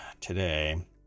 today